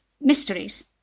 mysteries